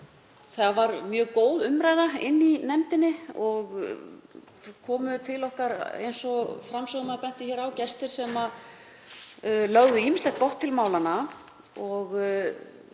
Það varð mjög góð umræða í nefndinni og komu til okkar, eins og framsögumaður benti á, gestir sem lögðu ýmislegt gott til málanna og